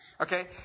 Okay